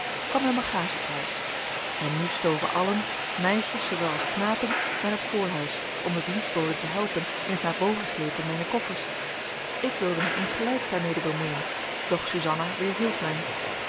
kwam mijn bagage te huis en nu stoven allen meisjes zoowel als knapen naar het voorhuis om de dienstboden te helpen in het naar boven slepen mijner koffers ik wilde mij insgelijks daarmede bemoeien doch suzanna weerhield mij